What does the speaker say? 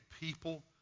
people